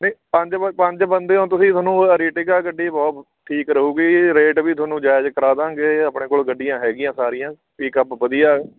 ਨਹੀਂ ਪੰਜ ਬ ਪੰਜ ਬੰਦੇ ਹੋ ਤੁਸੀਂ ਤੁਹਾਨੂੰ ਅਰੀਟਿਕਾ ਗੱਡੀ ਬਹੁਤ ਠੀਕ ਰਹੂਗੀ ਰੇਟ ਵੀ ਤੁਹਾਨੂੰ ਜਾਇਜ਼ ਕਰਾ ਦਾਂਗੇ ਆਪਣੇ ਕੋਲ ਗੱਡੀਆਂ ਹੈਗੀਆਂ ਸਾਰੀਆਂ ਪਿਕਅੱਪ ਵਧੀਆ